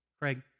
Craig